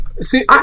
see